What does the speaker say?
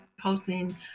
posting